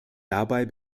dabei